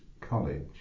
college